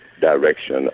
direction